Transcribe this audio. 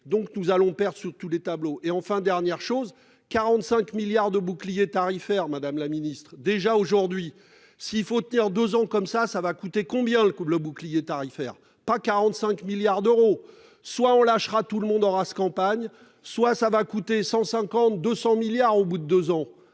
Donc, nous allons perdre sur tous les tableaux et enfin dernière chose, 45 milliards de bouclier tarifaire Madame la Ministre déjà aujourd'hui. S'il faut tenir 2 ans comme ça ça va coûter combien le coupe le bouclier tarifaire pas 45 milliards d'euros, soit on lâchera tout le monde en rase campagne, soit ça va coûter 150, 200 milliards au bout de 2 ans,